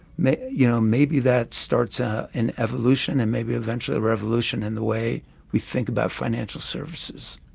maybe you know maybe that starts ah an evolution and maybe eventually a revolution in the way we think about financial services.